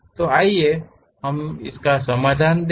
तो आइए हम समाधान देखें